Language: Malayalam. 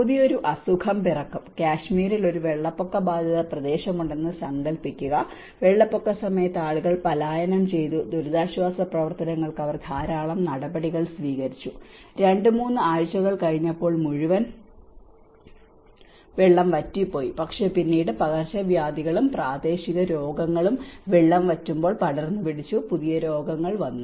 പുതിയൊരു അസുഖം പിറക്കും കാശ്മീരിൽ ഒരു വെള്ളപ്പൊക്ക ബാധിത പ്രദേശമുണ്ടെന്ന് സങ്കൽപ്പിക്കുക വെള്ളപ്പൊക്ക സമയയത്ത് ആളുകൾ പലായനം ചെയ്തു ദുരിതാശ്വാസ പ്രവർത്തനങ്ങൾക്ക് അവർ ധാരാളം നടപടികൾ സ്വീകരിച്ചു രണ്ട് മൂന്ന് ആഴ്ചകൾ കഴിഞ്ഞപ്പോൾ മുഴുവൻ വെള്ളം വറ്റിപ്പോയി പക്ഷേ പിന്നീട് പകർച്ചവ്യാധികളും പ്രാദേശിക രോഗങ്ങളും വെള്ളം വറ്റുമ്പോൾ പടർന്നുപിടിച്ചു പുതിയ രോഗങ്ങൾ വന്നു